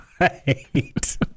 Right